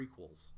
prequels